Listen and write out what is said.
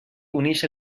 uneix